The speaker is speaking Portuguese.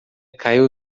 caiu